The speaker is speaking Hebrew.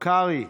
קרעי,